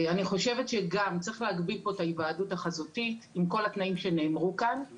אני חושבת שצריך להגביל את ההיוועדות החזותית לכל התנאים שנאמרו כאן.